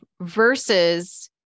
versus